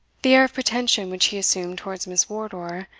the air of pretension which he assumed towards miss wardour,